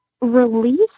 Release